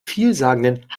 vielsagenden